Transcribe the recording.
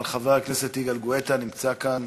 אבל חבר הכנסת יגאל גואטה נמצא כאן.